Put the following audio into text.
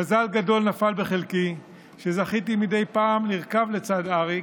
מזל גדול נפל בחלקי שזכיתי מדי פעם לרכוב לצד אריק,